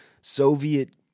Soviet